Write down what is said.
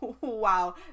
Wow